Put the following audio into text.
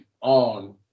on